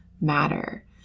matter